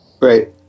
Right